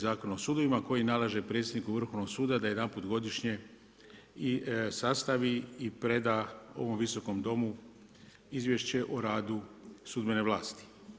Zakona o sudovima koji nalaže predsjedniku Vrhovnog suda da jedanput godišnje i sastavi i preda ovom Visokom domu izvješće o radu sudbene vlasti.